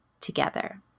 together